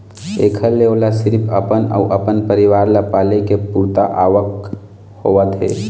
एखर ले ओला सिरिफ अपन अउ अपन परिवार ल पाले के पुरता आवक होवत हे